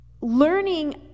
Learning